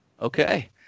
Okay